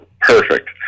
Perfect